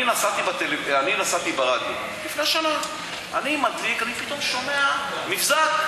נסעתי לפני שנה ואני מדליק רדיו ופתאום אני שומע מבזק.